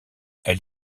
elle